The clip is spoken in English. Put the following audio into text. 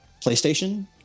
PlayStation